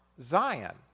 Zion